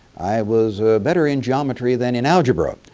i was better in geometry than in algebra.